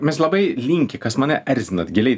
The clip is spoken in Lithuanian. mes labai linkę kas mane erzinat giliai